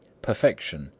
perfection,